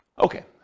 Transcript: okay